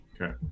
Okay